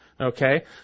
Okay